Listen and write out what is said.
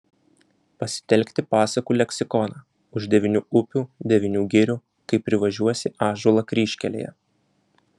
pasitelkti pasakų leksikoną už devynių upių devynių girių kai privažiuosi ąžuolą kryžkelėje